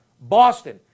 Boston